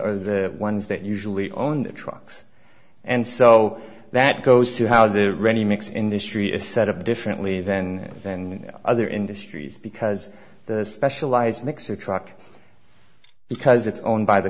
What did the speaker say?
are the ones that usually own the trucks and so that goes to how their ready mix in this tree is set up differently than in other industries because the specialized mixer truck because it's owned by the